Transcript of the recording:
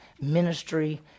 ministry